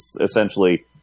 essentially